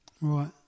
Right